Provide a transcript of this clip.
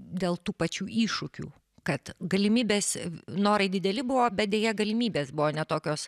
dėl tų pačių iššūkių kad galimybės norai dideli buvo bet deja galimybės buvo ne tokios